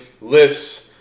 lifts